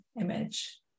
image